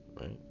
Right